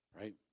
right